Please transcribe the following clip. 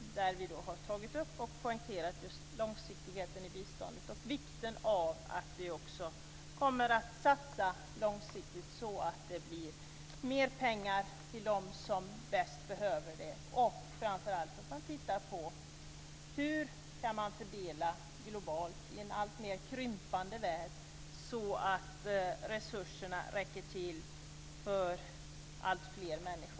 Där poängterar vi just långsiktigheten i biståndet och vikten av att satsa långsiktigt så att det blir mer pengar för dem som bäst behöver det och framför allt att man tittar på hur man kan fördela globalt i en alltmer krympande värld så att resurserna räcker till för alltfler människor.